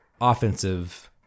offensive